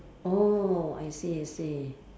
oh I see I see